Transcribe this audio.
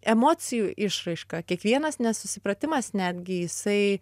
emocijų išraiška kiekvienas nesusipratimas netgi jisai